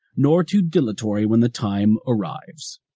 nor too dilatory when the time arrives.